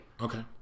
Okay